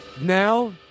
Now